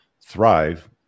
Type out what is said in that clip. thrive